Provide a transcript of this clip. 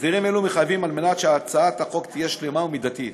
הסדרים אלו מחויבים על מנת שהצעת החוק תהיה שלמה ומידתית.